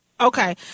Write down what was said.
okay